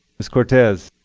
miss cortez.